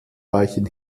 weichen